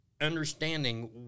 understanding